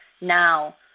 now